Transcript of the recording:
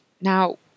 Now